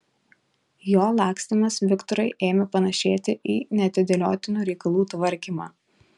jo lakstymas viktorui ėmė panašėti į neatidėliotinų reikalų tvarkymą